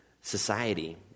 society